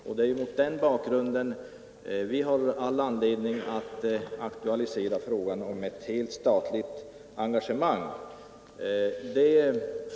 Och det är mot den bakgrunden vi har anledning att aktualisera frågan om ett helt statligt engagemang.